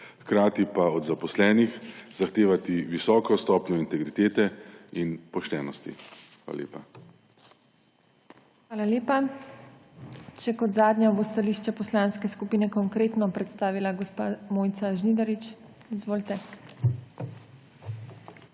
hkrati pa od zaposlenih zahtevati visoko stopnjo integritete in poštenosti. Hvala lepa. PODPREDSEDNICA TINA HEFERLE: Hvala lepa. Še kot zadnja bo stališče Poslanske skupine Konkretno predstavila gospa Mojca Žnidarič. Izvolite.